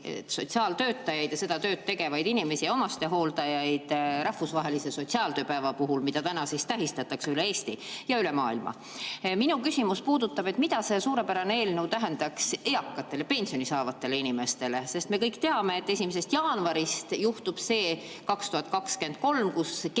seda tööd tegevaid inimesi, samuti omastehooldajaid rahvusvahelise sotsiaaltöö päeva puhul, mida täna tähistatakse üle Eesti ja üle maailma. Minu küsimus puudutab seda, mida see suurepärane eelnõu tähendaks eakatele, pensioni saavatele inimestele. Me kõik teame, et on otsustatud, et 1. jaanuarist 2023 on keskmine